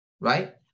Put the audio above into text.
right